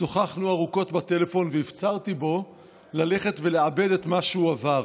שוחחנו ארוכות בטלפון והפצרתי בו ללכת ולעבד את מה שהוא עבר,